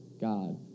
God